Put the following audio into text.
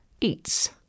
Eats